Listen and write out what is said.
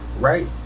right